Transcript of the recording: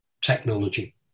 technology